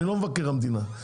אני לא מבקר המדינה,